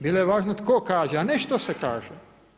Bilo je važno tko kaže a ne što se kaže.